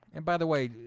and by the way,